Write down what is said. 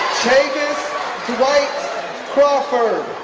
chavis dwight crawford